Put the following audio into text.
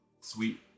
Sweet